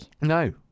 No